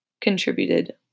contributed